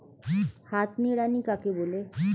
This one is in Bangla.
হাত নিড়ানি কাকে বলে?